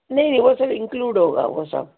نہیں نہیں وہ سب انکلیوڈ ہوگا وہ سب